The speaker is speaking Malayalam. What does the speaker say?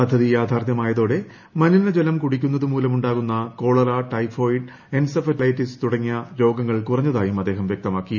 പദ്ധതി യാഥാർഥ്യമായതോടെ മലിനജലം കുടിക്കുന്നതു മൂലം ഉണ്ടാകുന്ന കോളറ ടൈഫോയ്ഡ് എൻസഫലൈറ്റിസ് തുടങ്ങിയ രോഗങ്ങൾ കുറഞ്ഞതായും അദ്ദേഹം വ്യക്തമാക്കി